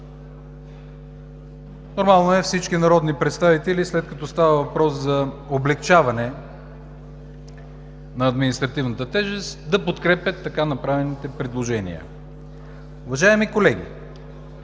Нормално е всички народни представители, след като става въпрос за облекчаване на административната тежест, да подкрепят така направените предложения. Уважаеми колеги,